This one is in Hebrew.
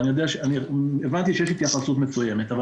אבל הבנתי שיש התייחסות מצוינת.